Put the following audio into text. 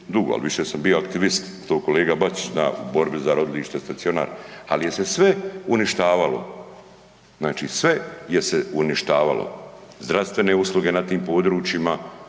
dugo, ali više sam bio aktivist. To kolega Bačić zna u borbi za rodilište, stacionar, ali je se sve uništavalo, znači sve je se uništavalo zdravstvene usluge na tim područjima,